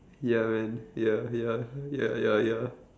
ya man ya ya ya ya ya